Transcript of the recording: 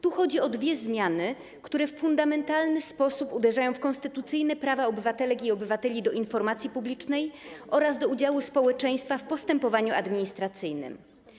Tu chodzi o dwie zmiany, które w fundamentalny sposób uderzają w konstytucyjne prawa obywatelek i obywateli do informacji publicznej oraz do udziału społeczeństwa w postępowaniu administracyjnym.